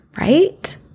Right